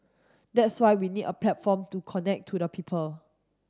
that's why we need a platform to connect to the people